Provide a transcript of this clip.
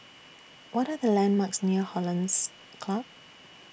What Are The landmarks near Hollandse Club